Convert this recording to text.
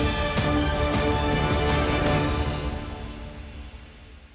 Дякую.